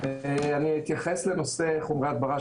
אני אתייחס לנושא חומרי ההדברה,